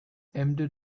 embedded